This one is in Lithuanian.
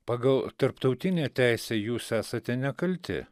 pagal tarptautinę teisę jūs esate nekalti